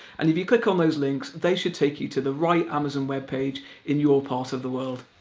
and if you click on those links they should take you to the right amazon webpage in your part of the world.